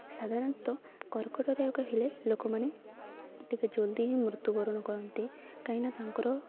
ସାଧାରଣତଃ କର୍କଟ ରୋଗ ହେଲେ ଲୋକମାନେ ଟିକିଏ ଜଲ୍ଦି ହିଁ ମୃତ୍ୟୁବରଣ କରନ୍ତି କାହିଁକିନା ତାଙ୍କର